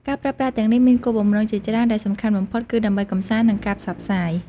ការប្រើប្រាស់ទាំងនេះមានគោលបំណងជាច្រើនដែលសំខាន់បំផុតគឺដើម្បីកម្សាន្ត និងការផ្សព្វផ្សាយ។